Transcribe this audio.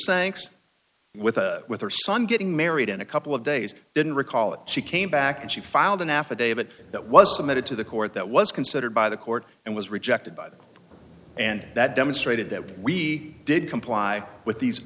saying with a with her son getting married in a couple of days didn't recall it she came back and she filed an affidavit that was submitted to the court that was considered by the court and was rejected by them and that demonstrated that we didn't comply with these